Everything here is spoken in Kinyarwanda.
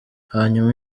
hanyuma